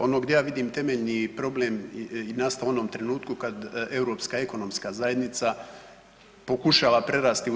Ono gdje ja vidim temeljni problem je nastao u onom trenutku kad Europska ekonomska zajednica pokušava prerasti u EU.